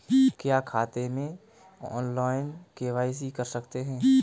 क्या खाते में ऑनलाइन के.वाई.सी कर सकते हैं?